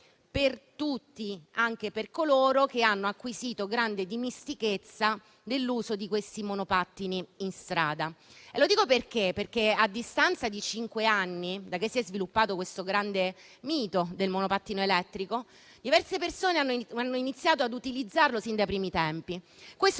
per tutti, anche per coloro che hanno acquisito grande dimestichezza nell'uso dei monopattini su strada. Lo dico perché a distanza di cinque anni, da quando si è sviluppato il grande mito del monopattino elettrico, diverse persone hanno iniziato ad utilizzarlo sin dai primi tempi. La